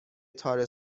تار